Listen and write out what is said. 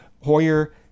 Hoyer